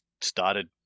started